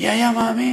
מי היה מאמין.